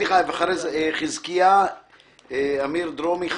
תודה, אמיר דרומי בבקשה.